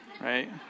Right